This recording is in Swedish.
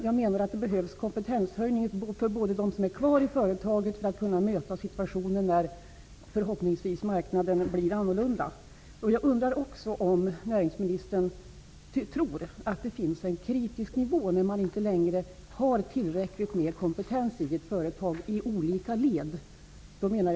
Jag menar att det behövs en kompetenshöjning för dem som är kvar i företaget, så att de kan möta en annan situation när marknaden, förhoppningsvis, blir en annan. Vidare undrar jag om näringsministern tror att det finns en kritisk nivå där man inte längre har tillräckligt med kompetens i de olika leden i ett företag.